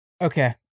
Okay